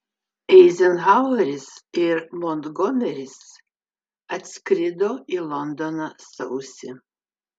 eizenhaueris ir montgomeris atskrido į londoną sausį